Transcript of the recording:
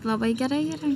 labai gerai yra